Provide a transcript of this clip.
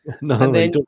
No